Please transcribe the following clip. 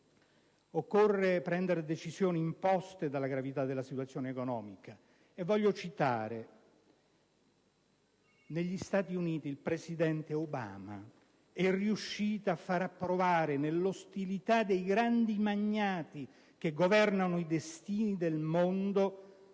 occorre prendere decisioni imposte dalla gravità della situazione economica. Voglio citare il presidente degli Stati Uniti, Obama, che è riuscito a far approvare, nell'ostilità dei grandi magnati che governano i destini del mondo,